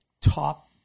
top